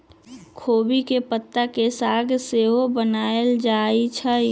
खोबि के पात के साग सेहो बनायल जाइ छइ